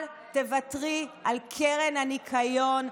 אל תוותרי על קרן הניקיון.